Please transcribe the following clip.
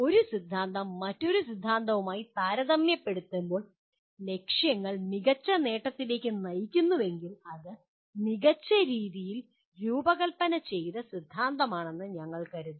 ഒരു സിദ്ധാന്തം മറ്റൊരു സിദ്ധാന്തവുമായി താരതമ്യപ്പെടുത്തുമ്പോൾ ലക്ഷ്യങ്ങൾ മികച്ച നേട്ടത്തിലേക്ക് നയിക്കുന്നുവെങ്കിൽ അത് മികച്ച രീതിയിൽ രൂപകൽപ്പന ചെയ്ത സിദ്ധാന്തമാണെന്ന് ഞങ്ങൾ കരുതുന്നു